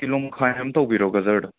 kilo ꯃꯈꯥꯏ ꯑꯃ ꯇꯧꯕꯤꯔꯣ ꯒꯖꯔꯗꯣ